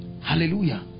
Hallelujah